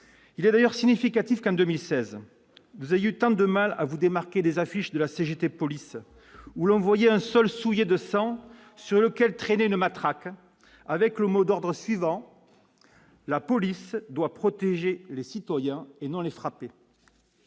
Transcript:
Il est d'ailleurs significatif que, en 2016, vous ayez eu tant de mal à vous démarquer des affiches de la CGT Police ... On y vient ! Bouh !... où l'on voyait un sol souillé de sang, sur lequel traînait une matraque, avec le mot d'ordre suivant :« La police doit protéger les citoyens et non les frapper